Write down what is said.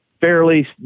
fairly